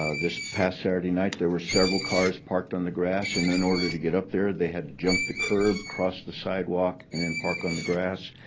ah this past saturday night, there were several cars parked on the grass. and in order to get up there, they had to jump the curb, cross the sidewalk, and then park on the grass.